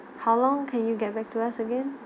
how long can you get back to us again